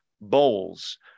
bowls